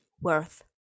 worth